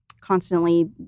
constantly